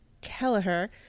Kelleher